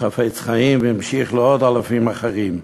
חפץ-חיים, והמשיך לאלפים אחרים.